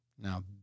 Now